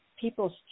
people's